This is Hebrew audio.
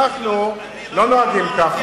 אנחנו לא נוהגים כך.